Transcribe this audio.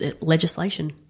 legislation